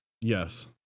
Yes